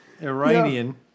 Iranian